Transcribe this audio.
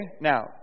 Now